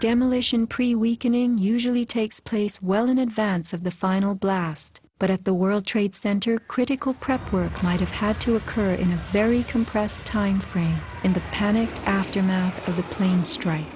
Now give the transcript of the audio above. demolition pre weakening usually takes place well in advance of the final blast but at the world trade center critical prep work might have had to occur in a very compressed timeframe in the panicked aftermath of the plane str